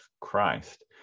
Christ